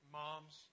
moms